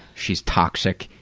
she's toxic.